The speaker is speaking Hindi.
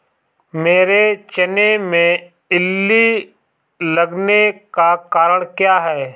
मेरे चने में इल्ली लगने का कारण क्या है?